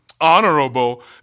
honorable